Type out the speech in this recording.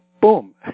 boom